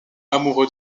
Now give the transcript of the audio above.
amoureux